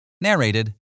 Narrated